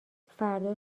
فردا